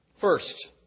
First